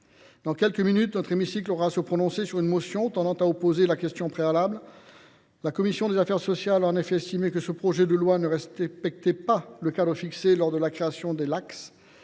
Dans quelques minutes, notre hémicycle aura à se prononcer sur une motion tendant à opposer la question préalable. La commission des affaires sociales a en effet estimé que ce projet de loi ne respectait pas le cadre fixé lors de la création des